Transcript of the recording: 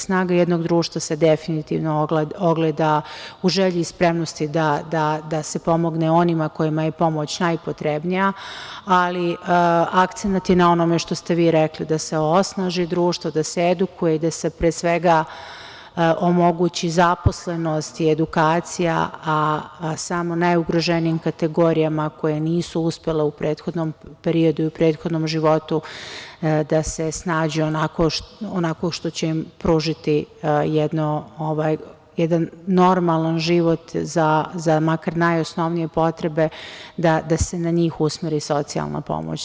Snaga jednog društva se definitivno ogleda u želji i spremnosti da se pomogne onima kojima je pomoć najpotrebnija, a akcenat je na onome što ste vi rekli, da se osnaži društvo, da se edukuje, da se pre svega omogući zaposlenost i edukacija, a samo najugroženijim kategorijama koje nisu uspele u prethodnom periodu i prethodnom životu da se snađu onako kako će im pružiti jedan normalan život za makar najosnovnije potrebe i da se njih usmeri socijalna pomoć.